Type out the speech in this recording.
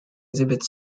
exhibit